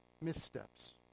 missteps